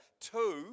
two